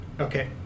Okay